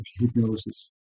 hypnosis